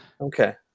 Okay